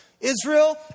Israel